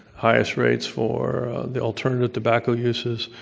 highest rates for the alternative tobacco uses.